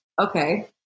okay